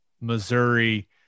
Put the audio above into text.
Missouri –